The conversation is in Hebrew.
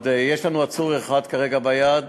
יש לנו עצור אחד כרגע ביד,